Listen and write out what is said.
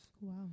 Wow